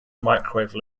microwave